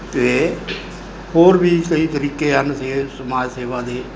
ਅਤੇ ਹੋਰ ਵੀ ਕਈ ਤਰੀਕੇ ਹਨ ਸੇ ਸਮਾਜ ਸੇਵਾ ਦੇ